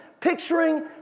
picturing